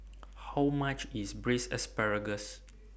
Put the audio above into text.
How much IS Braised Asparagus